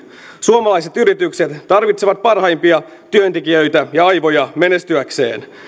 suomalaiset yritykset tarvitsevat parhaimpia työntekijöitä ja aivoja menestyäkseen